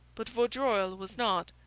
but vaudreuil was not.